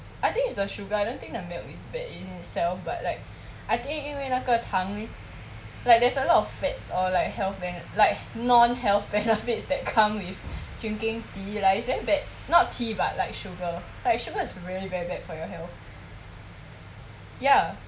I think it's the sugar I don't think the milk is bad in itself but like I think 因为那个糖 like there's a lot of fats or like health bene~ like non health benefits that come with drinking tea lah it's very bad not tea but like sugar like sugar is really very bad for your health ya